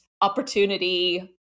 opportunity